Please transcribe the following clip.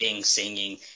singing